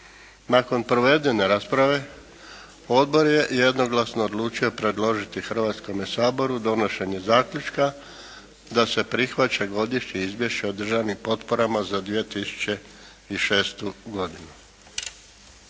Nakon provedene rasprave Odbor je jednoglasno odlučio predložiti Hrvatskome saboru donošenje zaključka da se prihvaća godišnje Izvješće o državnim potporama za 2006. godinu.